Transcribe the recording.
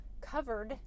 covered